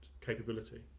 capability